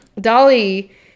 Dolly